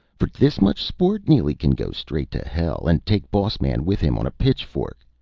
for dis much sport neely can go straight to hell! and take boss man with him on a pitchfork.